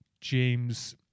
James